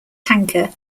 tanker